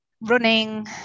Running